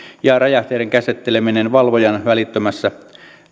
ja räjähteiden käsitteleminen valvojan välittömässä